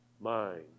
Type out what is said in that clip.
mind